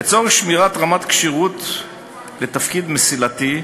לצורך שמירת רמת הכשירות לתפקיד מסילתי,